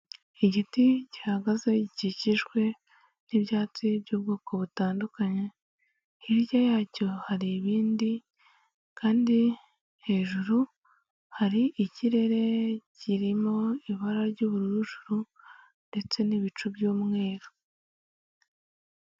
Igiti gihagaze gikikijwe n'ibyatsi by'ubwoko butandukanye, hirya yacyo hari ibindi kandi hejuru hari ikirere kirimo ibara ry'ubururujuru ndetse n'ibicu by'umweru.